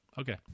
okay